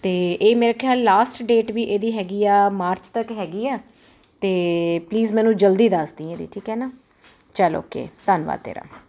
ਅਤੇ ਇਹ ਮੇਰਾ ਖਿਆਲ ਲਾਸਟ ਡੇਟ ਵੀ ਇਹਦੀ ਹੈਗੀ ਆ ਮਾਰਚ ਤੱਕ ਹੈਗੀ ਆ ਅਤੇ ਪਲੀਜ਼ ਮੈਨੂੰ ਜਲਦੀ ਦੱਸਦੀ ਠੀਕ ਹੈ ਨਾ ਚਲੋ ਕਿ ਧੰਨਵਾਦ ਤੇਰਾ